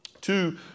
Two